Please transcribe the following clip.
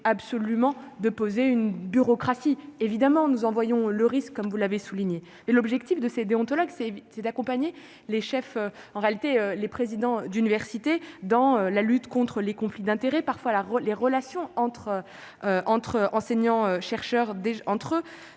absolument de poser une bureaucratie évidemment nous envoyons le risque, comme vous l'avez souligné et l'objectif de ces déontologue c'est c'est d'accompagner les chefs, en réalité, les présidents d'université dans la lutte contre les conflits d'intérêts parfois la art les relations entre entre enseignants chercheurs d'entre eux,